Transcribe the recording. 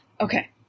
Okay